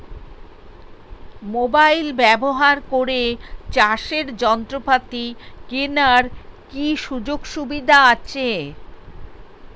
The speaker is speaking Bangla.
মোবাইল ব্যবহার করে চাষের যন্ত্রপাতি কেনার কি সুযোগ সুবিধা আছে?